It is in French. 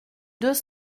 deux